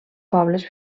pobles